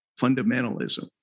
fundamentalism